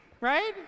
right